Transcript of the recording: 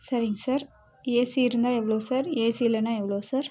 சரிங்க sir AC இருந்தால் எவ்வளோ சார் ஏசி இல்லைனா எவ்வளோ சார்